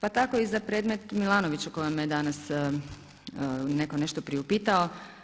Pa tako i za predmet Milanović o kojem me je danas neko nešto priupitao.